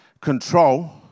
control